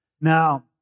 Now